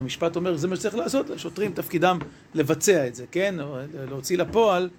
המשפט אומר, זה מה שצריך לעשות, השוטרים תפקידם לבצע את זה, כן, או להוציא לפועל.